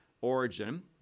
Origin